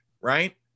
right